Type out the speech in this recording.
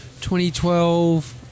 2012